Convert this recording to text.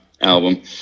album